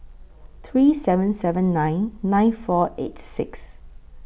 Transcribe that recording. three seven seven nine nine four eight six